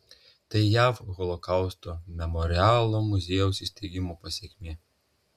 tai jav holokausto memorialo muziejaus įsteigimo pasekmė